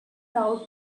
out